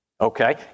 Okay